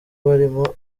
barimo